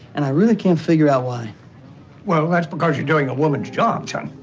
and i really can't figure out why well, that's because you're doing a woman's job, son.